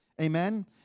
Amen